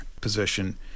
position